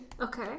Okay